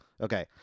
Okay